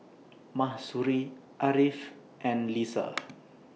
Mahsuri Ariff and Lisa